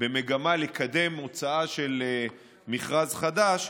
במגמה לקדם הוצאה של מכרז חדש,